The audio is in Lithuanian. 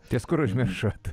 ties kur užmiršot